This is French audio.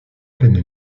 pleine